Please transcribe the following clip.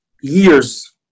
years